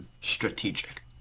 strategic